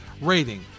rating